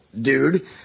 dude